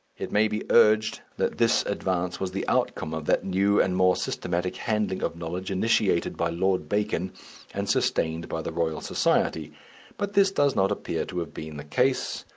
it may be urged that this advance was the outcome of that new and more systematic handling of knowledge initiated by lord bacon and sustained by the royal society but this does not appear to have been the case,